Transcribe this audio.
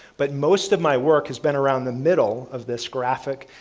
but most of my work has been around the middle of this graphic,